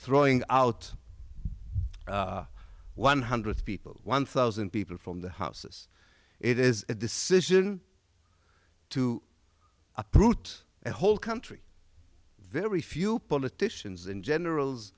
throwing out one hundred people one thousand people from the houses it is a decision to uproot a whole country very few politicians and general